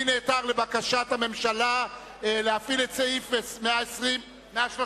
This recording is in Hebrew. אני נעתר לבקשת הממשלה להפעיל את סעיף 132(ב)